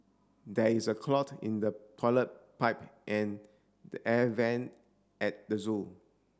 there is a clog in the toilet pipe and the air vent at the zoo